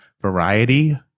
variety